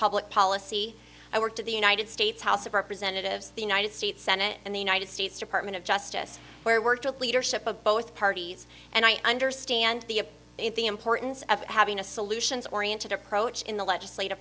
public policy i worked in the united states house of representatives the united states senate and the united states department of justice where worked with leadership of both parties and i understand the importance of having a solutions oriented approach in the legislat